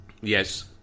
yes